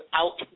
out